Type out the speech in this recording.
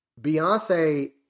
Beyonce